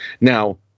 Now